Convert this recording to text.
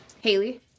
Haley